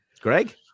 Greg